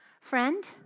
Friend